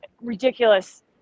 ridiculous